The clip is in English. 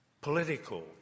political